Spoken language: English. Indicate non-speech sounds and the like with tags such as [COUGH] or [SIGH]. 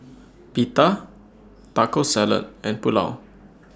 [NOISE] Pita Taco Salad and Pulao